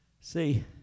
See